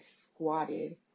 squatted